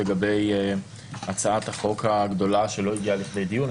לגבי הצעת החוק הגדולה שלא הגיעה לכדי דיון.